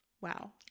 Wow